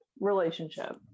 relationship